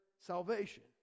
salvation